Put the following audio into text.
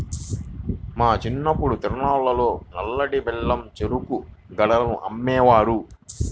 మా చిన్నప్పుడు తిరునాళ్ళల్లో నల్లటి బెల్లం చెరుకు గడలను అమ్మేవారు